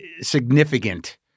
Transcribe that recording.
significant